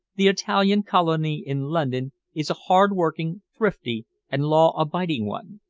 the italian colony in london is a hard-working, thrifty, and law-abiding one,